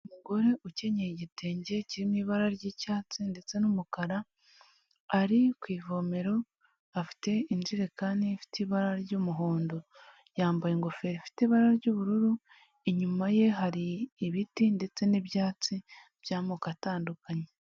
Umugore ukenyeye igitenge kiri mu ibara ry'icyatsi ndetse n'umukara, ari ku ivomero afite ijerekani ifite ibara ry'umuhondo, yambaye ingofero ifite ibara ry'ubururu, inyuma ye hari ibiti ndetse n'ibyatsi by'amoko atandukanye.